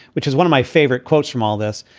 which is one of my favorite quotes from all this.